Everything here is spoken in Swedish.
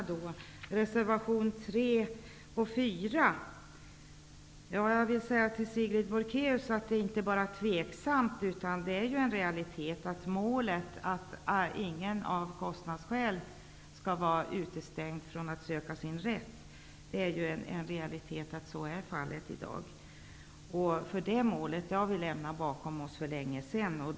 Beträffande reservationerna 3 och 4 vill jag säga till Sigrid Bolkéus att det inte bara är tveksamt, utan målet att ingen av kostnadsskäl skall vara utestängd från att söka sin rätt är en realitet. Så är fallet i dag. Detta mål har vi för länge sedan lämnat bakom oss.